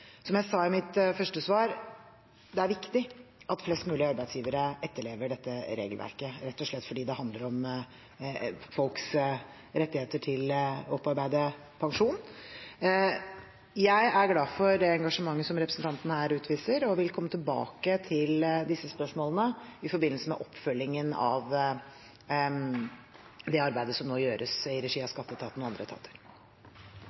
Som jeg sa i mitt første svar, er det viktig at flest mulig arbeidsgivere etterlever dette regelverket, rett og slett fordi det handler om folks rettigheter til å opparbeide pensjon. Jeg er glad for det engasjementet som representanten her utviser, og vil komme tilbake til disse spørsmålene i forbindelse med oppfølgingen av arbeidet som nå gjøres i regi av